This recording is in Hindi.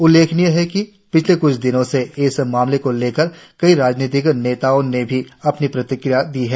उल्लेखनीय है कि पिछले क्छ दिनों से इस मामले को लेकर कई राजनीतिक नेताओं ने भी अपनी प्रतिक्रिया दी थी